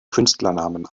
künstlernamen